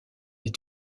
est